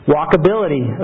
Walkability